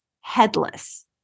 headless